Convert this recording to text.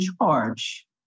charge